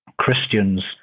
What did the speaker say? Christian's